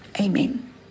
Amen